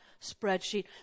spreadsheet